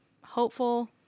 hopeful